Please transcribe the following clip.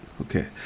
okay